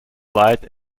light